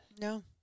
No